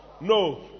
No